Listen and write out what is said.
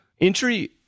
entry